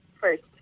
first